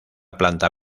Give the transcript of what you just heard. planta